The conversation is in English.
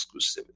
exclusivity